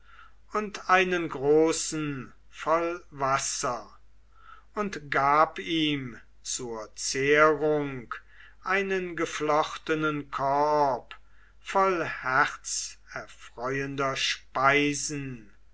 und einen großen voll wasser und gab ihm zur zehrung einen geflochtenen korb voll herzerfreuender speisen